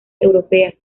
europeas